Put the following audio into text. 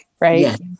Right